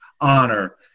honor